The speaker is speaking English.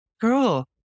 girl